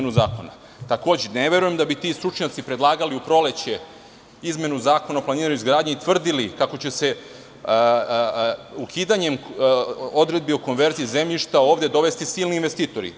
Ne verujem da bi ti stručnjaci predlagali u proleće izmenu Zakona o planiranju i izgradnji i tvrdili kako će se ukidanjem odredbi o konverziji zemljišta ovde dovesti silni investitori.